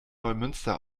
neumünster